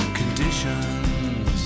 conditions